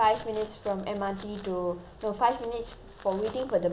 no five minutes for waiting for the bus in case the bus is late who knows